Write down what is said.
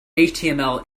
html